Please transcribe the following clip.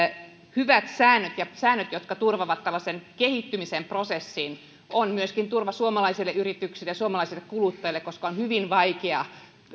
hyvät säännöt jotka turvaavat tällaisen kehittymisen prosessin ovat myöskin turva suomalaisille yrityksille ja suomalaiselle kuluttajalle koska on hyvin vaikea